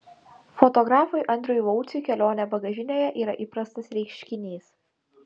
fotografui andriui lauciui kelionė bagažinėje yra įprastas reiškinys